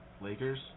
Lakers